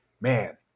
Man